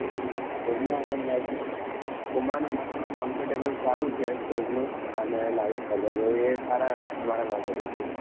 હં પૂમા અને નાઇક પુમાનું કંફર્ટેબલ સારું છે શુઝનું અને નાઇક અગર એય સારા તમારા માટે શુઝ